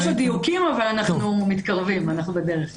יש עוד דיוקים, אבל אנחנו מתקרבים, אנחנו בדרך.